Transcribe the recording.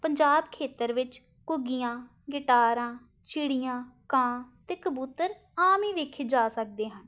ਪੰਜਾਬ ਖੇਤਰ ਵਿੱਚ ਘੁੱਗੀਆਂ ਗਿਟਾਰਾਂ ਚਿੜੀਆਂ ਕਾਂ ਅਤੇ ਕਬੂਤਰ ਆਮ ਹੀ ਵੇਖੇ ਜਾ ਸਕਦੇ ਹਨ